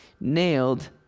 nailed